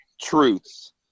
truths